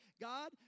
God